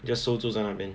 just 收住在那边